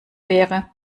wäre